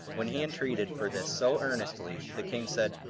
when he entreated for this so earnestly, the king said,